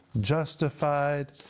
justified